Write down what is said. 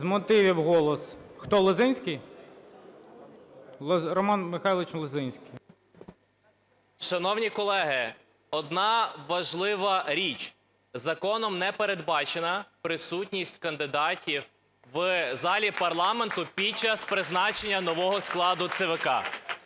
З мотивів – "Голос". Хто? Лозинський? Роман Михайлович Лозинський. 11:11:38 ЛОЗИНСЬКИЙ Р.М. Шановні колеги, одна важлива річ. Законом не передбачена присутність кандидатів в залі парламенту під час призначення нового складу ЦВК.